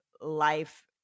life